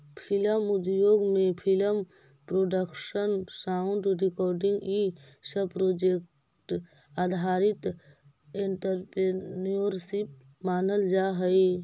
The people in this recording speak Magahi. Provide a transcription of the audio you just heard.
फिल्म उद्योग में फिल्म प्रोडक्शन साउंड रिकॉर्डिंग इ सब प्रोजेक्ट आधारित एंटरप्रेन्योरशिप मानल जा हई